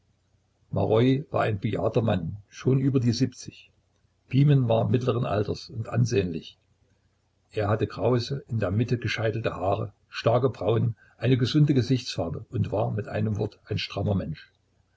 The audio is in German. maroi war ein bejahrter mann schon über die siebzig pimen war mittleren alters und ansehnlich er hatte krause in der mitte gescheitelte haare starke brauen eine gesunde gesichtsfarbe und war mit einem wort ein strammer mensch